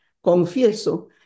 confieso